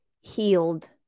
healed